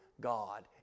God